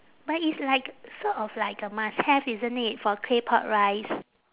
but it's like sort of like a must have isn't it for claypot rice